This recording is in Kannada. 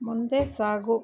ಮುಂದೆ ಸಾಗು